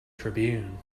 tribune